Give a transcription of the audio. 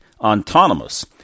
autonomous